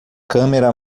câmera